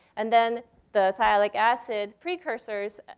and then the sialic acid precursors,